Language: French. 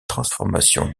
transformations